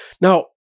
Now